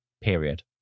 Period